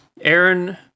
Aaron